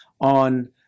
on